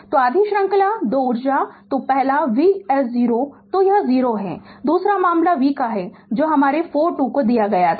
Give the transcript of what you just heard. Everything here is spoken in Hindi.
तो आधी श्रृंखला 2 ऊर्जा तो पहला v h 0 है तो यह 0 है दूसरा मामला हमारे v का जो हमारे 4 t को दिया गया था